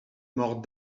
more